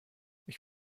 ich